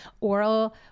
oral